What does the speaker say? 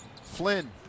Flynn